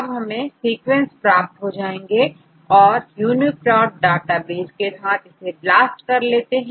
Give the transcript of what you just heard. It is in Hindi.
अब हमें सीक्वेंस प्राप्त हो जाएंगे और यूनीपोर्ट डाटाबेस के साथ ब्लास्ट कर लेते हैं